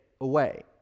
away